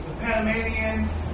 Panamanian